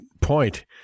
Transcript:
point